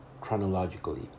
chronologically